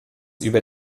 über